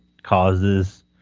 causes